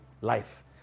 life